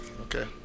Okay